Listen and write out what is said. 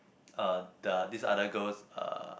uh the this other girl's uh